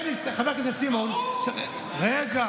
אומר לי חבר הכנסת סימון, ברור.